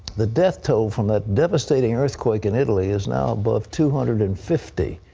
the death toll from that devastating earthquake in italy is now above two hundred and fifty.